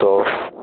તો